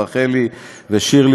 רחלי ושירלי,